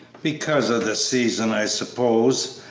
because of the season, i suppose,